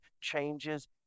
changes